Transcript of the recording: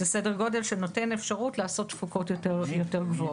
זה סדר גודל שנותן אפשרות לעשות תפוקות יותר גבוהות.